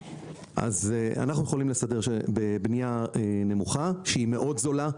אז אנחנו יכולים לסדר בבנייה נמוכה שהיא מאוד זולה,